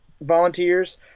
volunteers